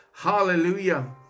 Hallelujah